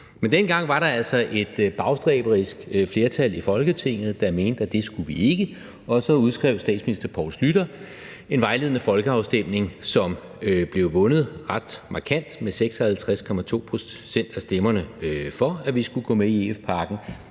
Men dengang var der altså et bagstræberisk flertal i Folketinget, der mente, at det skulle vi ikke, og så udskrev statsminister Poul Schlüter en vejledende folkeafstemning, som blev vundet ret markant med 56,2 pct. af stemmerne for, at vi skulle gå med i EF-pakken,